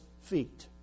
feet